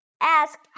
ask